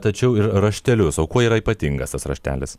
tačiau ir raštelius o kuo yra ypatingas tas raštelis